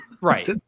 Right